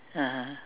(uh huh)